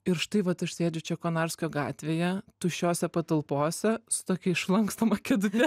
ir štai vat aš sėdžiu čia konarskio gatvėje tuščiose patalpose su tokia išlankstoma kėdute